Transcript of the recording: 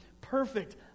perfect